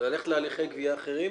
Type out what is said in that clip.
וללכת להליכי גבייה אחרים.